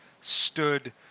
stood